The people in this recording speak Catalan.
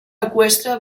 eqüestre